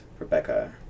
Rebecca